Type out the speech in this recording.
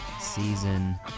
season